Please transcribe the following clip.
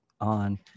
on